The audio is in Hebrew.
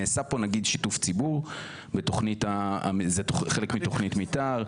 נעשה פה נגיד, שיתוף ציבור, זה חלק מתוכנית מתאר?